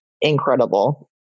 incredible